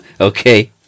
Okay